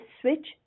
switch